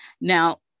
Now